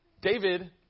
David